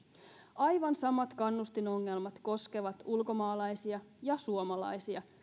aivan samat kannustinongelmat koskevat ulkomaalaisia ja suomalaisia